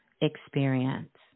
experience